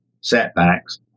setbacks